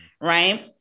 right